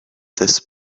this